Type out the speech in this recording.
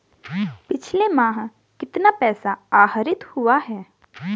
पिछले माह कितना पैसा आहरित हुआ है?